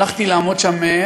הלכתי לעמוד שם,